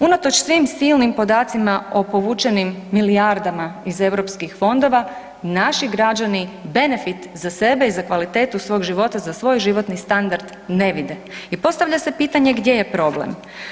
Unatoč svim silnim podacima o povučenim milijardama iz EU fondova, naši građani benefit za sebe i kvalitetu svog života, za svoj životni standard ne vide i postavlja se pitanje gdje je problem.